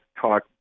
talk